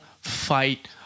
fight